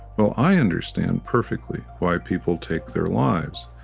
well, i understand perfectly why people take their lives.